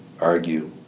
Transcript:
argue